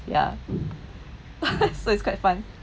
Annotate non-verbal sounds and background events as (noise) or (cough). ya (laughs) so it's quite fun